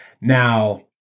Now